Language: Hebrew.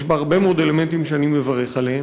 יש בה הרבה מאוד אלמנטים שאני מברך עליהם,